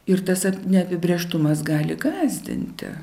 ir tas neapibrėžtumas gali gąsdinti